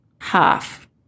half